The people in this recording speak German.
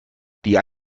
die